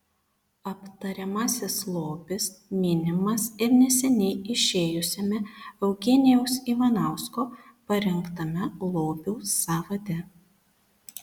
aptariamasis lobis minimas ir neseniai išėjusiame eugenijaus ivanausko parengtame lobių sąvade